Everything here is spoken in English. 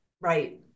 Right